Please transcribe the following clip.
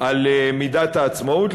על מידת העצמאות.